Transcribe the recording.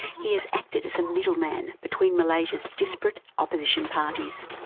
he has acted as a middleman between malaysia's disparate opposition parties.